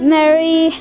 Mary